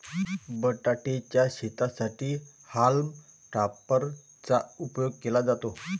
बटाटे च्या शेतीसाठी हॉल्म टॉपर चा उपयोग केला जातो